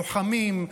לוחמים,